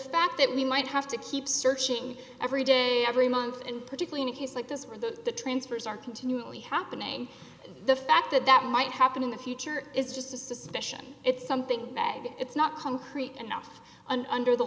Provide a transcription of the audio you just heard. fact that we might have to keep searching every day every month and particularly a case like this where the the transfers are continually happening the fact that that might happen in the future is just a suspicion it's something that if it's not complete enough under the